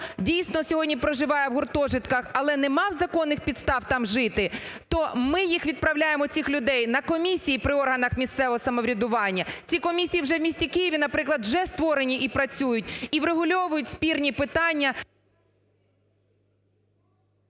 дійсно, сьогодні проживає в гуртожитках, але нема законних підстав там жити, то ми їх відправляємо, цих людей, на комісії при органах місцевого самоврядування. Ці комісії вже в місті Києві, наприклад, вже створені і працюють, і врегульовують спірні питання.